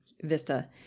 Vista